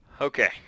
Okay